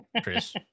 Chris